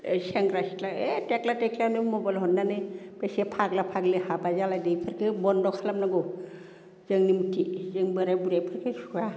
सेंग्रा सिख्ला ए थेख्ला थेख्लियानो मबाइल हरनानै बेसे फाग्ला फाग्लि हाबा जालायदो इफोरखो बनद खालामनांगौ जों मिनथि जों बोराइ बुरिया इफोरखो सुखुवा